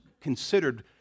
considered